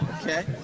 Okay